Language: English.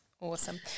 Awesome